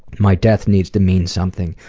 my death needs to mean something,